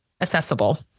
accessible